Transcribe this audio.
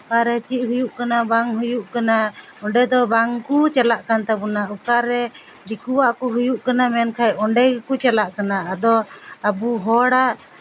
ᱚᱠᱟᱨᱮ ᱪᱮᱫ ᱦᱩᱭᱩᱜ ᱠᱟᱱᱟ ᱵᱟᱝ ᱦᱩᱭᱩᱜ ᱠᱟᱱᱟ ᱚᱸᱰᱮ ᱫᱚ ᱵᱟᱝᱠᱚ ᱪᱟᱞᱟᱜ ᱠᱟᱱ ᱛᱟᱵᱚᱱᱟ ᱚᱠᱟᱨᱮ ᱫᱤᱠᱩᱣᱟᱜ ᱠᱚ ᱦᱩᱭᱩᱜ ᱠᱟᱱᱟ ᱢᱮᱱᱠᱷᱟᱡ ᱚᱸᱰᱮ ᱜᱮᱠᱚ ᱪᱟᱞᱟᱜ ᱠᱟᱱᱟ ᱟᱫᱚ ᱟᱵᱚ ᱦᱚᱲᱟᱜ